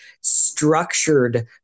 structured